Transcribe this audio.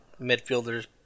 midfielders